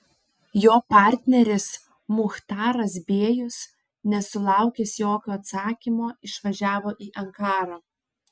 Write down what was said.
jo partneris muchtaras bėjus nesulaukęs jokio atsakymo išvažiavo į ankarą